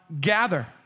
gather